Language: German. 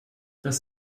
das